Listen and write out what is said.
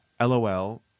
lol